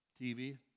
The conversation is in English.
TV